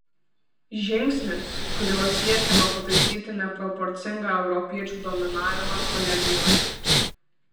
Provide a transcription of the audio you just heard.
žingsnis kuriuo siekiama pataisyti neproporcingą europiečių dominavimą kolegijoje